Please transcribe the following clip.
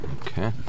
Okay